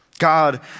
God